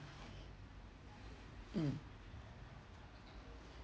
mm